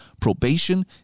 probation